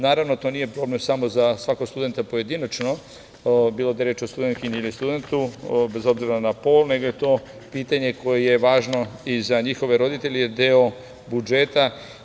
Naravno, to nije problem samo za svakog studenta pojedinačno, bilo da je reč o studentkinji ili studentu, bez obzira na pol, nego je to pitanje koje je važno i za njihove roditelje jer je deo budžeta.